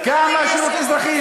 כמה בשירות אזרחי?